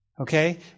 Okay